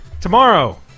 Tomorrow